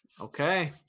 Okay